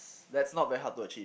that's not very hard to achieve